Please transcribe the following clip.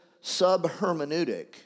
sub-hermeneutic